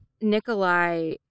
Nikolai